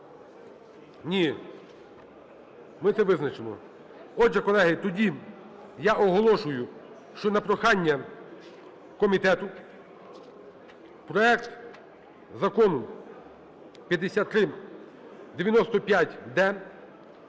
Ні, ми це визначимо. Отже, колеги, тоді я оголошую, що на прохання комітету проект закону 5395-д